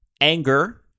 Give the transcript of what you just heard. Anger